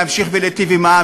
להמשיך להיטיב עם העם,